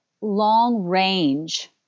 long-range